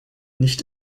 nicht